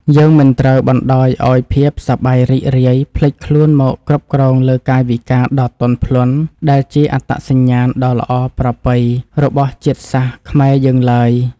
យើងមិនត្រូវបណ្តោយឱ្យភាពសប្បាយរីករាយភ្លេចខ្លួនមកគ្រប់គ្រងលើកាយវិការដ៏ទន់ភ្លន់ដែលជាអត្តសញ្ញាណដ៏ល្អប្រពៃរបស់ជាតិសាសន៍ខ្មែរយើងឡើយ។